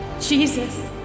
Jesus